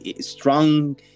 Strong